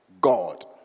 God